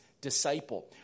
disciple